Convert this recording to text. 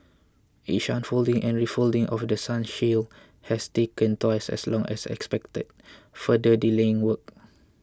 each unfolding and refolding of The Sun shield has taken twice as long as expected further delaying work